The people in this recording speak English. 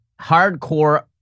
hardcore